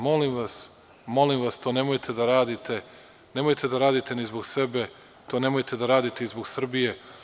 Molim vas, to nemojte da radite, nemojte da radite ni zbog sebe, to nemojte da radite ni zbog Srbije.